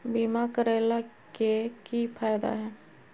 बीमा करैला के की फायदा है?